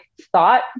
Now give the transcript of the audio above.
thought